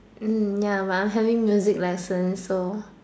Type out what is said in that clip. hmm ya but I'm having music lessons so